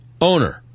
owner